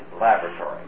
Laboratory